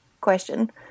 question